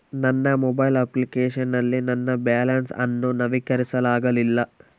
ನನ್ನ mobile application ನಲ್ಲಿ ನನ್ನ ಬ್ಯಾಲೆನ್ಸ್ ಅನ್ನು ನವೀಕರಿಸಲಾಗಿಲ್ಲ